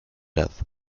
death